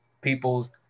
people's